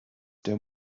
der